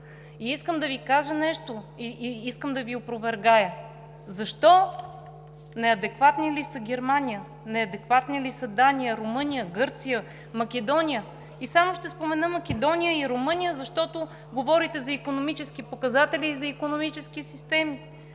Искам да Ви кажа нещо и искам да Ви опровергая. Защо, неадекватна ли е Германия, неадекватни ли са Дания, Румъния, Гърция, Македония? И само ще спомена Македония и Румъния, защото говорите за икономически показатели и за икономически системи.